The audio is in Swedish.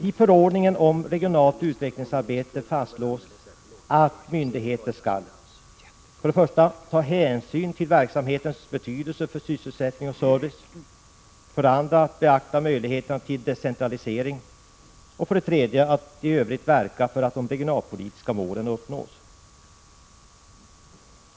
I förordningen om regionalt utvecklingsarbete fastslås att myndigheter skall — ta hänsyn till verksamhetens betydelse för sysselsättning och service — beakta möjligheterna till decentralisering och —- i Övrigt verka för att de regionalpolitiska målen uppnås.